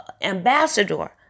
ambassador